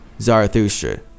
Zarathustra